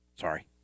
Sorry